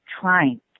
trying